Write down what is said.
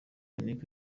yannick